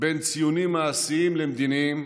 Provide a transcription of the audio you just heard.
בין ציונים מעשיים למדיניים,